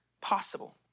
possible